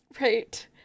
Right